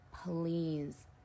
Please